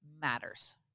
matters